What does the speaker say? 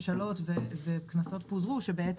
העברת קו שלה לפריקה בנמל המפרץ החדש,